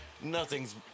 Nothing's